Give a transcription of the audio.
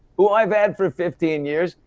who i've had for fifteen years,